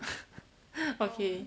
okay